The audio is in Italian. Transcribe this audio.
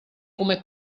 come